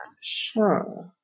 Sure